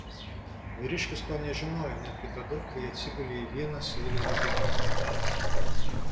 vyriškis to nežinojo netgi tada kai atsigulė į vieną seulo ligoninę gydytis